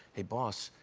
hey, boss,